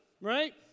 right